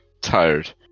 tired